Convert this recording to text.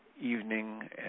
evening